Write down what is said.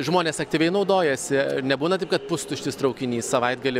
žmonės aktyviai naudojasi ar nebūna taip kad pustuštis traukinys savaitgalį